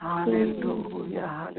Hallelujah